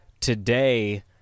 today